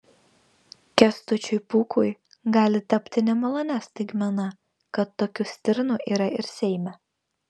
kęstučiui pūkui gali tapti nemalonia staigmena kad tokių stirnų yra ir seime